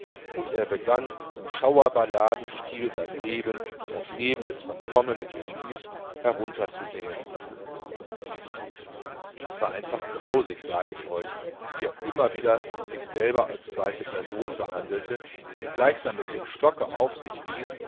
und er begann im schauerballadenstil sein leben das leben des verkommenen genies herunterzusingen es war einfach grausig sag ich euch wie er immer sich selber als zweite person behandelte und gleichsam mit dem stocke auf sich wies